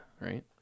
right